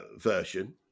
version